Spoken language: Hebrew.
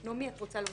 נעמי, את רוצה להוסיף?